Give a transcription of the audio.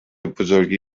بزرگی